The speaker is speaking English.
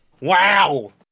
Wow